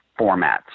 formats